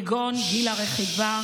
כגון גיל הרכיבה,